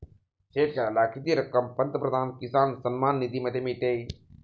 शेतकऱ्याला किती रक्कम पंतप्रधान किसान सन्मान निधीमध्ये मिळते?